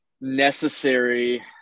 necessary